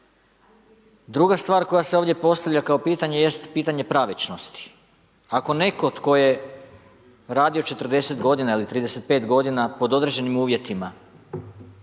Druga stvar koja se ovdje postavlja kao pitanje jest pitanje pravičnosti. Ako netko tko je radio 40 godina ili 35 godina pod određenim uvjetima